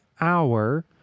hour